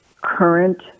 current